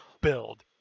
build